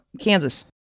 Kansas